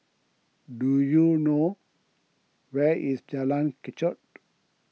do you know where is Jalan Kechot